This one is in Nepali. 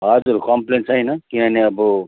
हजुर कम्प्लेन छैन किनभने अब